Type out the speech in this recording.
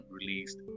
released